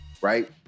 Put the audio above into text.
Right